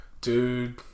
Dude